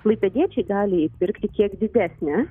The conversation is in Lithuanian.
klaipėdiečiai gali įpirkti kiek didesnį